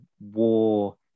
war